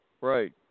Right